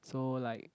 so like